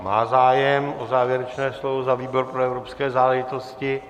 Má zájem o závěrečné slovo za výbor pro evropské záležitosti.